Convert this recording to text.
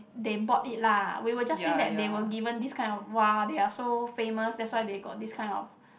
they bought it lah we will just think that they were given this kind of !whoa! they are so famous that's why they got this kind of